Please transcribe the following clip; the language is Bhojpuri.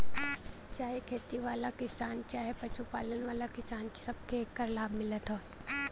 चाहे खेती करे वाला किसान चहे पशु पालन वाला किसान, सबके एकर लाभ मिलत हौ